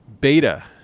Beta